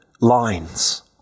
lines